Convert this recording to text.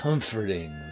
Comforting